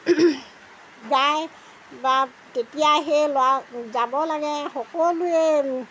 গাই বা তেতিয়া সেই ল'ৰা যাব লাগে সকলোৱে